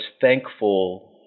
thankful